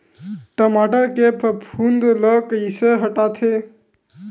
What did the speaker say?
टमाटर के फफूंद ल कइसे हटाथे?